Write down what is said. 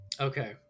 okay